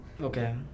Okay